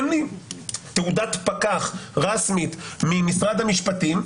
אין לי תעודת פקח רשמית ממשרד המשפטים,